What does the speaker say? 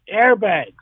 Airbags